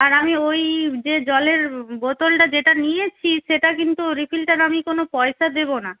আর আমি ওই যে জলের বোতলটা যেটা নিয়েছি সেটা কিন্তু রিফিলটার আমি কোনো পয়সা দেবো না